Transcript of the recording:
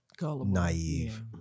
naive